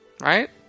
Right